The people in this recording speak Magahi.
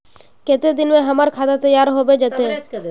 केते दिन में हमर खाता तैयार होबे जते?